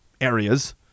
areas